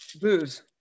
Booze